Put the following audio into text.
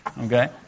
Okay